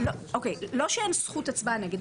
לא שאין זכות הצבעה נגד.